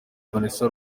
vanessa